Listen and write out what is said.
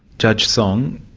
judge song,